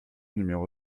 numéro